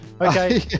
Okay